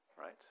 right